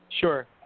Sure